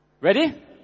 Ready